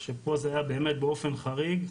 עכשיו פה זה היה באמת באופן חריג,